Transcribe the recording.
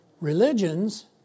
religions